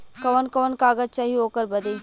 कवन कवन कागज चाही ओकर बदे?